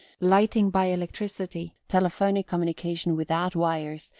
lighting by electricity, telephonic communication without wires,